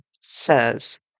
says